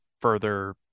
further